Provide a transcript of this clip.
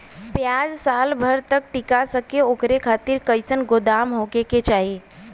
प्याज साल भर तक टीका सके ओकरे खातीर कइसन गोदाम होके के चाही?